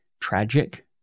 tragic